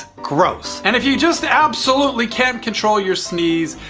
gross! and if you just absolutely can't control your sneeze,